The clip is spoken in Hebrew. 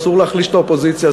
אסור להחליש את האופוזיציה,